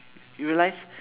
you realise